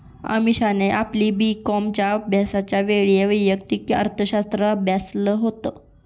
अमीषाने आपली बी कॉमच्या अभ्यासाच्या वेळी वैयक्तिक अर्थशास्त्र अभ्यासाल होत